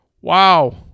Wow